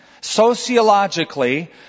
sociologically